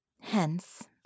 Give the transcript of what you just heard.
Hence